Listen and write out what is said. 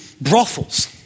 brothels